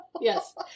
Yes